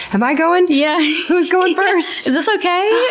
am i going? yeah who's going first? yeah. is this ok?